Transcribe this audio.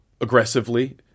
aggressively